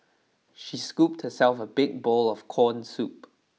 she scooped herself a big bowl of corn soup